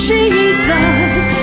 Jesus